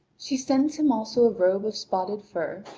she sends him also a robe of spotted fur,